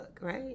right